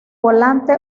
volante